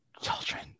children